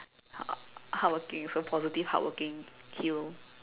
hardworking so positive hardworking hero